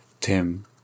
tim